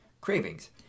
cravings